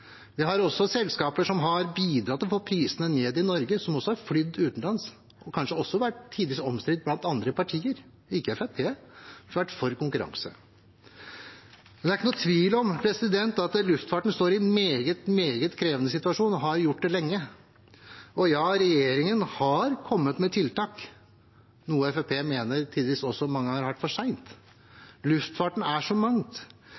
Vi har selskaper som har bidratt til å få prisene ned i Norge, som også har flydd utenlands, og som tidvis kanskje også har vært omstridt blant andre partier – ikke Fremskrittspartiet, vi har vært for konkurranse. Det er ikke noen tvil om at luftfarten står i en meget krevende situasjon og har gjort det lenge. Og ja, regjeringen har kommet med tiltak, noe Fremskrittspartiet mange ganger har ment har vært for sent. Luftfarten er så mangt.